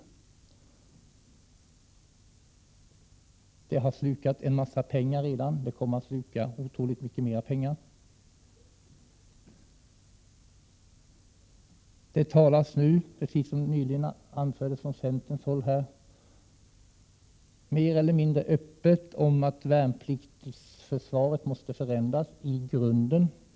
Projektet har redan slukat en massa pengar och kommer att sluka otroligt mycket mer pengar. Det talas nu, precis som här anfördes från centern, mer eller mindre öppet om att värnpliktsförsvaret måste förändras i grunden.